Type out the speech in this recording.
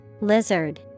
Lizard